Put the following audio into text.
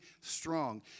strong